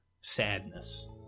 sadness